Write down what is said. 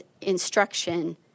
instruction